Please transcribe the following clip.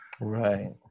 Right